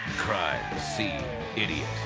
crime scene idiot.